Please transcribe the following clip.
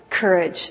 courage